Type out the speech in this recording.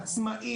עצמאי,